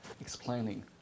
explaining